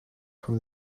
from